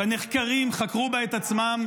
שהנחקרים חקרו בה את עצמם,